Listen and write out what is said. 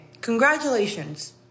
Congratulations